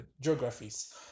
geographies